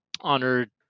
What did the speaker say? honored